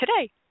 today